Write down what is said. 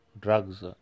drugs